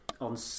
on